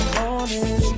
morning